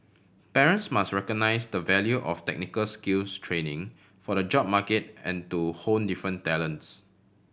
parents must recognise the value of technical skills training for the job market and to hone different talents